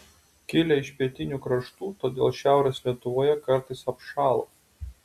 kilę iš pietinių kraštų todėl šiaurės lietuvoje kartais apšąla